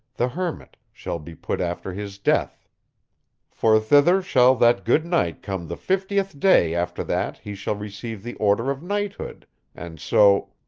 the hermit, shall be put after his death for thither shall that good knight come the fifteenth day after that he shall receive the order of knighthood and so.